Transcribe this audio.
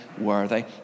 worthy